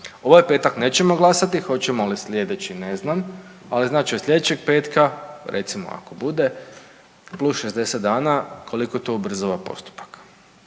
Ovaj petak nećemo glasovati, hoćemo li sljedeći ne znam ali znači od sljedećeg petka recimo ako bude plus 60 dana koliko to ubrzava postupak?